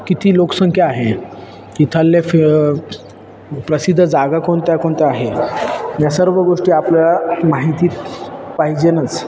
किती लोकसंख्या आहे इथले फ प्रसिद्ध जागा कोणत्या कोणत्या आहे या सर्व गोष्टी आपल्याला माहितीत पाहिजेच